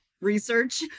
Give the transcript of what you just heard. research